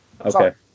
Okay